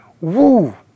Woo